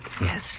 Yes